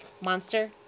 monster